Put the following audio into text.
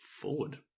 forward